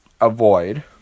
avoid